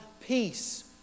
peace